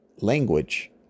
language